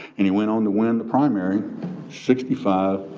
and he went on to win the primary sixty five,